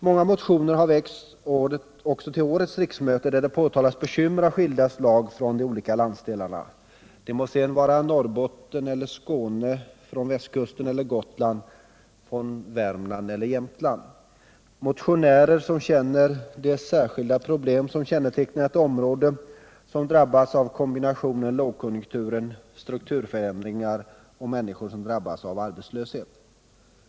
Många motioner har väckts också till årets riksmöte i vilka det uttalas bekymmer av skilda slag från de olika landsdelarna, det må sedan vara Norrbotten eller Skåne, från västkusten eller Gotland, från Värmland eller Jämtland. Motionärerna känner de särskilda problem som kännetecknar ett område som drabbas av kombinationen lågkonjunktur-strukturförändringar och där människor drabbas av arbetslöshet.